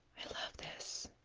i love this